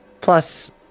Plus